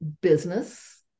business